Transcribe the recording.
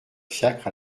fiacre